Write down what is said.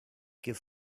give